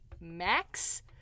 max